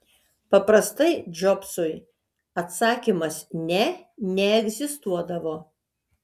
paprastai džobsui atsakymas ne neegzistuodavo